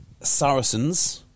Saracens